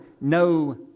no